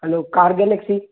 hello car galaxy